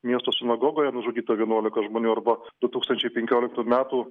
miesto sinagogoje nužudyta vienuolika žmonių arba du tūkstančiai penkioliktų metų